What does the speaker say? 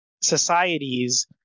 societies